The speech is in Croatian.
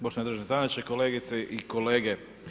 Poštovani državni tajniče, kolegice i kolege.